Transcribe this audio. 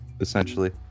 essentially